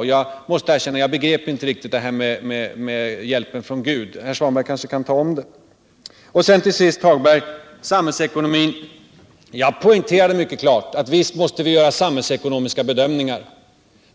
Och jag måste erkänna att jag inte riktigt begrep det där om hjälpen från Gud. Herr Svanberg kanske kan ta om det. Sedan till sist om samhällsekonomin. Jag poängterade mycket klart att visst måste vi göra samhällsekonomiska bedömningar,